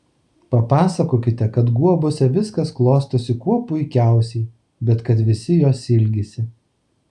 papasakokite kad guobose viskas klostosi kuo puikiausiai bet kad visi jos ilgisi